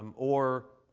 um or